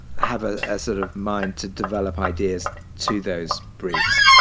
have a ah sort of mind to develop ideas to those briefs.